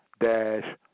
dash